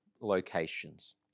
locations